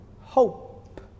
Hope